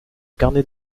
carnet